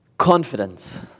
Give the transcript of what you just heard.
Confidence